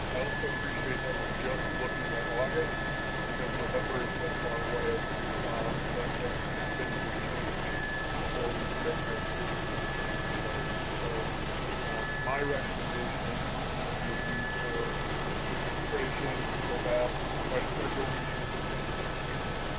i also appreciate that we're just looking at august because november is so far away um that that too many things would change before we and make an educated decision to day. so my recommendation would be for the administration to go back, try to schedule a meeting with the city this week.